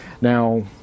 Now